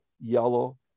yellow